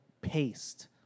paste